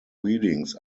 readings